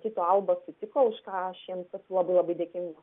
tyto alba susiko už ką aš jiems labai labai dėkinga